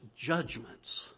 judgments